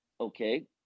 Okay